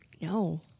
no